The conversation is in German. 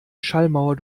schallmauer